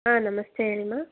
ಹಾಂ ನಮಸ್ತೇ ಹೇಳಿ ಮಾ